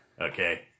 okay